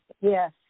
Yes